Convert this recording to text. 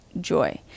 joy